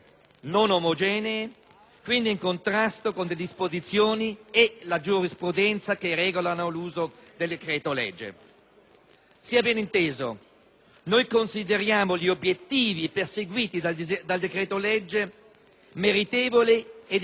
quindi in contrasto con le disposizioni e la giurisprudenza che regolano l'uso del decreto-legge. Sia ben inteso: noi consideriamo gli obiettivi perseguiti dal decreto-legge meritevoli e di grande importanza,